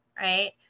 right